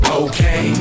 okay